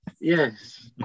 yes